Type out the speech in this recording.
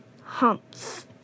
Humps